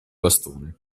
bastone